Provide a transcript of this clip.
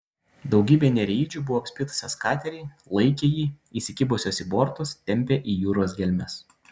daugybė nereidžių buvo apspitusios katerį laikė jį įsikibusios į bortus tempė į jūros gelmes